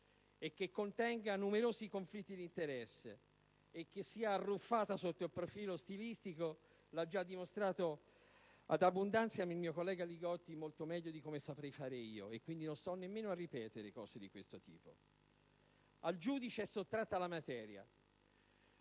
e che contenga numerosi conflitti di interesse e che sia arruffata sotto il profilo stilistico lo ha già dimostrato *ad* *abundantiam* il mio collega Li Gotti, molto meglio di quanto potrei fare io: quindi, non sto nemmeno a ripetere cose di questo tipo. Al giudice è sottratta la materia.